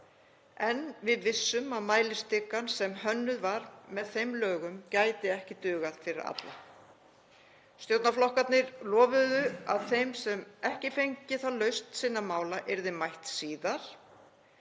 en við vissum að mælistikan sem hönnuð var með þeim lögum gæti ekki dugað fyrir alla. Stjórnarflokkarnir lofuðu að þeim sem ekki fengju lausn sinna mála yrði mætt síðar